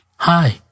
Hi